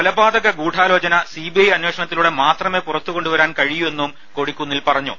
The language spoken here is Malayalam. കൊലപാതക ഗൂഢാലോചന സി ബി ഐ അന്വേഷണത്തിലൂടെ മാത്രമേ പുറത്തു കൊണ്ടുവരാൻ കഴിയൂ എന്നും കൊടിക്കുന്നിൽ പറഞ്ഞു